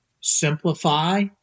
simplify